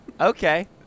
Okay